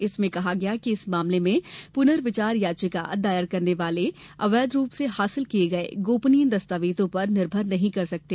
जिसमें कहा गया है कि इस मामले में पुनर्विचार याचिका दायर करने वाले अवैध रूप से हासिल किये गए गोपनीय दस्तावेजों पर निर्भर नहीं कर सकते